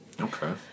Okay